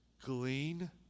glean